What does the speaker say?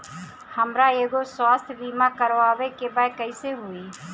हमरा एगो स्वास्थ्य बीमा करवाए के बा कइसे होई?